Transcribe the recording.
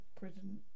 prison